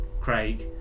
craig